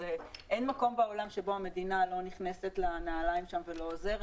אין מקום בעולם שבו המדינה לא נכנסת לנעליים ועוזרת,